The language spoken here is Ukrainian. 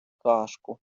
кашку